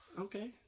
Okay